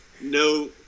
no